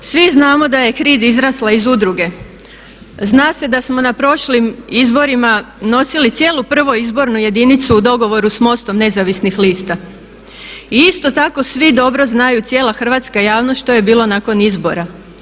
Svi znamo da je HRID izrasla iz udruge, zna se da smo na prošlim izborima nosili cijelu prvu izbornu jedinicu u dogovoru s MOST-om nezavisnih lista i isto tako svi dobro znaju, cijela hrvatska javnost što je bilo nakon izbora.